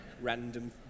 Random